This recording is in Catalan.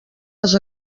les